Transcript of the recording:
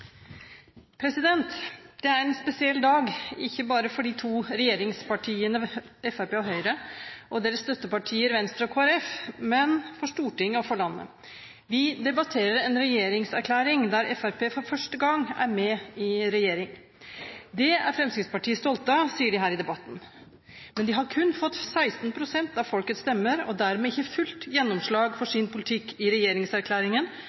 Det er en spesiell dag, ikke bare for de to regjeringspartiene Fremskrittspartiet og Høyre og deres støttepartier Venstre og Kristelig Folkeparti, men for Stortinget og for landet. Vi debatterer en regjeringserklæring der Fremskrittspartiet for første gang er med i regjering. Det er Fremskrittspartiet stolte av, sier de her i debatten. Men de har kun fått 16 pst. av folkets stemmer og dermed ikke fullt gjennomslag for sin politikk i regjeringserklæringen,